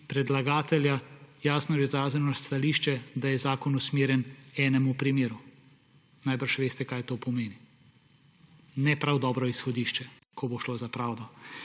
predlagatelja jasno izraženo stališče, da je zakon usmerjen na en primer. Najbrž veste, kaj to pomeni. Ne prav dobro izhodišče, ko bo šlo za pravdo.